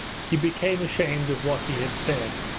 he became ashamed of what he had said.